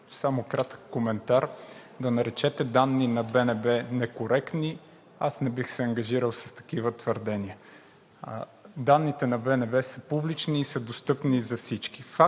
Само кратък коментар: да наречете данни на БНБ некоректни – аз не бих се ангажирал с такива твърдения. Данните на БНБ се публични и са достъпни за всички.